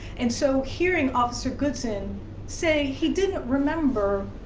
and so, hearing officer goodson say he didn't remember,